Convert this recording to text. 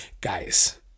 guys